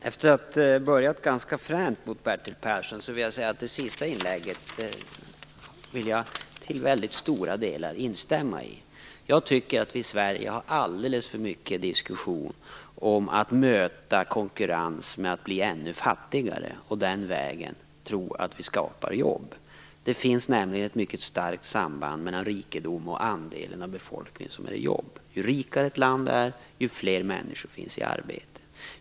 Fru talman! Efter att ha inlett i ganska frän ton mot Bertil Persson vill jag nu i stora delar instämma i hans senaste inlägg. Jag tycker att det är alldeles för mycket diskussion i Sverige om att man skall möta konkurrens med att bli ännu fattigare och på det sättet tro att det kan skapas jobb. Det finns nämligen ett mycket starkt samband mellan rikedom och andelen befolkning som har jobb. Ju rikare ett land är, desto fler människor finns i arbete.